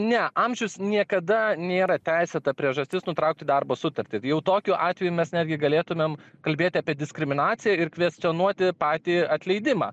ne amžius niekada nėra teisėta priežastis nutraukti darbo sutartį jau tokiu atveju mes netgi galėtumėm kalbėti apie diskriminaciją ir kvestionuoti patį atleidimą